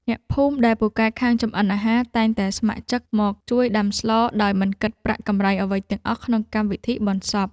អ្នកភូមិដែលពូកែខាងចម្អិនអាហារតែងតែស្ម័គ្រចិត្តមកជួយដាំស្ល ដោយមិនគិតប្រាក់កម្រៃអ្វីទាំងអស់ក្នុងកម្មវិធីបុណ្យសព។